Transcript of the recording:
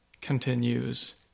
continues